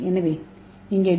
எனவே இங்கே டி